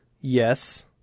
Yes